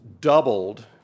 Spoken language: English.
doubled